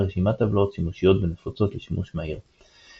רשימת טבלאות שימושיות ונפוצות לשימוש מהיר.